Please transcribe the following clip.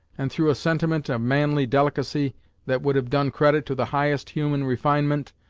and, through a sentiment of manly delicacy that would have done credit to the highest human refinement,